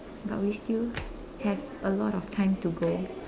but we still have a lot of time to go